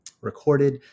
recorded